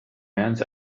hands